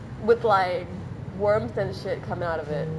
with like worms and shit coming out of it